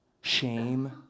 shame